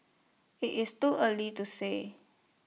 IT is too early to say